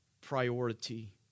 priority